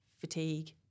fatigue